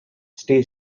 stay